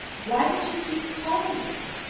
why don't you keep calm then?